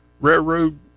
railroad